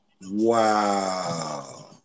Wow